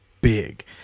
big